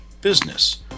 business